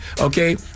okay